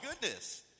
goodness